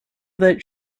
that